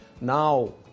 now